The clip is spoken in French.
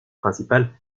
principal